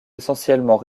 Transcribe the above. essentiellement